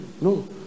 No